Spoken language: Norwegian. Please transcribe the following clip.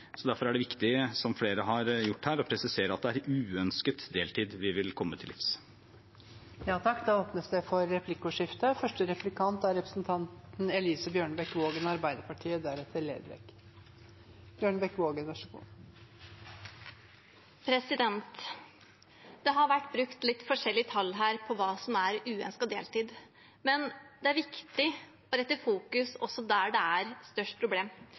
Derfor er det viktig, som flere har gjort her, å presisere at det er uønsket deltid vi vil komme til livs. Det blir replikkordskifte. Det har vært brukt litt forskjellige tall her om hva som er uønsket deltid. Men det er viktig å fokusere på de områdene der problemene er størst.